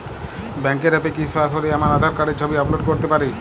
ব্যাংকের অ্যাপ এ কি সরাসরি আমার আঁধার কার্ডের ছবি আপলোড করতে পারি?